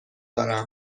دارم